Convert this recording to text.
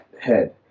head